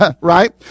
right